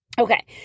okay